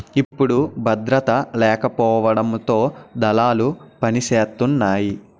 ఇప్పుడు భద్రత లేకపోవడంతో దళాలు పనిసేతున్నాయి